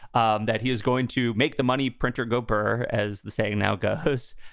um that he is going to make the money printer goper. as the saying now goes,